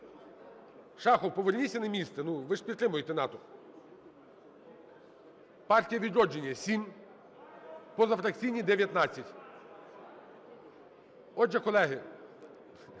Шахов, поверніться на місце, ну, ви ж підтримуєте НАТО? "Партія "Відродження" – 7, позафракційні – 19. Отже, колеги,